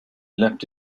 leapt